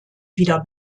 wieder